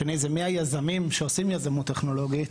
השני, זה מי היזמים שעושים יזמות טכנולוגית.